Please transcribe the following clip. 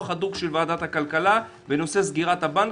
הדוק של ועדת הכלכלה בנושא סגירת הבנקים,